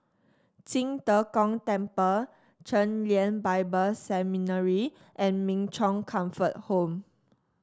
Qing De Gong Temple Chen Lien Bible Seminary and Min Chong Comfort Home